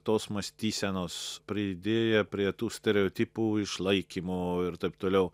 tos mąstysenos pridėję prie tų stereotipų išlaikymo ir taip toliau